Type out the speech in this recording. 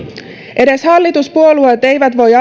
edes hallituspuolueet eivät voi